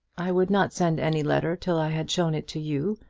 i would not send any letter till i had shown it to you,